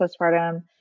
postpartum